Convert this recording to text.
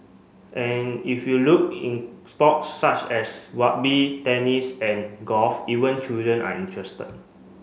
if you look in sports such as rugby tennis and golf even children are interested